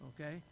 okay